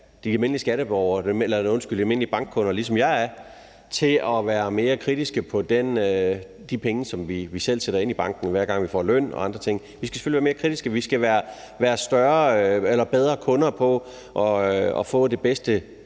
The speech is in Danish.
de almindelige bankkunder, ligesom jeg er, til at være mere kritiske i forhold til de penge, som man selv sætter ind i banken, hver gang man får løn og andre ting. Vi skal selvfølgelig være mere kritiske. Vi skal være bedre kunder i forhold til at få det bedste